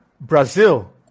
Brazil